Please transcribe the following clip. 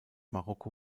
marokko